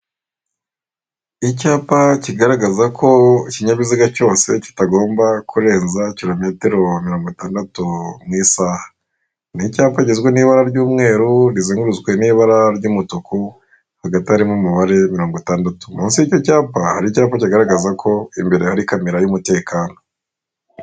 Icyapa kigaragaza ko ikinyabiziga cyose kitagomba kurenza kilometero bahu mirongo itandatu mu isaha. Ni icyapa kigizwe n'ibara ry'umweru rizengurutswe ni ibara ry'umutuku hagati harimo umubare mirongo itandatu, munsi y'icyo cyapa hari icyapa kigaragaza ko imbere hari kamera y'umutekano.